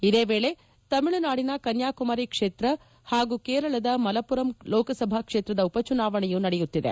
ಇದೇ ವೇಳೆ ತಮಿಳುನಾಡಿನ ಕನ್ನಾಕುಮಾರಿ ಕ್ಷೇತ್ರದ ಹಾಗೂ ಕೇರಳದ ಮಲಪ್ಪುರಂ ಲೋಕಸಭಾ ಕ್ಷೇತ್ರದ ಉಪಚುನಾವಣೆಯೂ ನಡೆಯಕ್ತಿದೆ